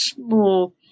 more